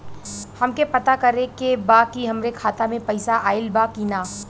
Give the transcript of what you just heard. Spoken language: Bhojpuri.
हमके पता करे के बा कि हमरे खाता में पैसा ऑइल बा कि ना?